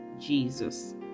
Jesus